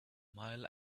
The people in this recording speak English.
mile